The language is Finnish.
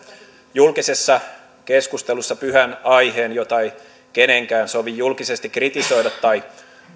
julkisessa keskustelussa pyhä aihe jota ei kenenkään sovi julkisesti kritisoida tai